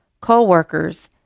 co-workers